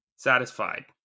Satisfied